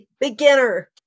beginner